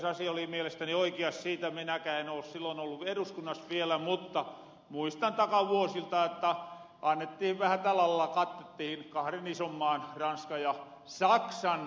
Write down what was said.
sasi oli mielestäni oikias siitä minäkään en silloin ollu eduskunnas vielä mutta muistan takavuosilta että annettiin vähä tällä lailla katteltiin kahden ison maan ranskan ja saksan touhuja